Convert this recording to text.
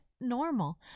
normal